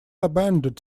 abandoned